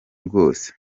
rwose